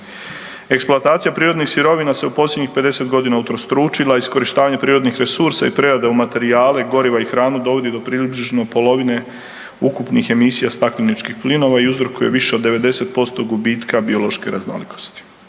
Eksploatacija prirodnih sirovina se u posljednjih 50 godina ustostručila, iskorištavanje prirodnih resursa i prerade u materijale, goriva i hranu dovodi do približno polovine ukupnih emisija stakleničkih plinova i uzrokuje više od 90% gubitka biološke raznolikosti.